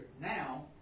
now